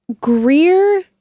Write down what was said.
Greer